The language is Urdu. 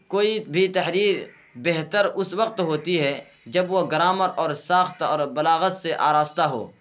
کوئی بھی تحریر بہتر اس وقت ہوتی ہے جب وہ گرامر اور ساخت اور بلاغت سے آراستہ ہو